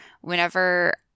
whenever